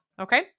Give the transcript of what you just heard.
Okay